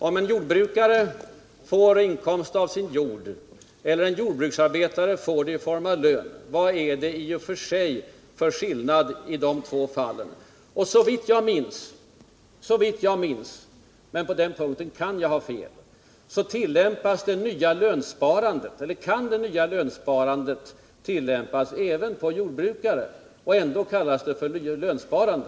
Om en jordbrukare får inkomst av sin jord eller en jordbruksarbetare får det i form av lön, vad är det i och för sig för skillnad i de två fallen? Såvitt jag minns — men på den punkten kan jag ha fel — kan det redan gällande s.k. nya lönsparandet tillämpas även på jordbrukare. Ändå kallas det för lönsparande.